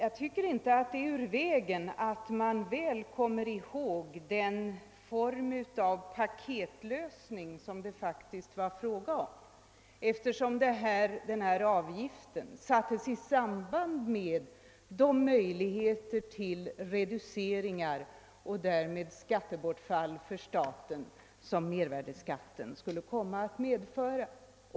Vi skall komma ihåg att det faktiskt var en paketlösning som genomfördes i detta avseende, varvid arbetsgivaravgiften sattes i samband med de möjligheter till skattereduceringar och därmed inkomstbortfall för staten, som mervärdeskatten skulle komma att medföra.